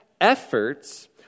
efforts